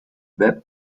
that